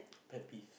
pet peeve